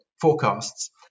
forecasts